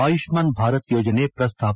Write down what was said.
ಆಯುಷ್ಮಾನ್ ಭಾರತ್ ಯೋಜನೆ ಪ್ರಸ್ತಾಪ